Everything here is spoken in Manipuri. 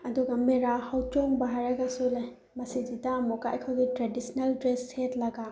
ꯑꯗꯨꯒ ꯃꯦꯔꯥ ꯍꯧꯆꯣꯡꯕ ꯍꯥꯏꯔꯒꯁꯨ ꯂꯩ ꯃꯁꯤꯁꯤꯗ ꯑꯃꯨꯛꯀ ꯑꯩꯈꯣꯏꯒꯤ ꯇ꯭ꯔꯦꯗꯤꯁꯅꯦꯜ ꯗ꯭ꯔꯦꯁ ꯁꯦꯠꯂꯒ